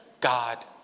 God